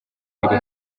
biri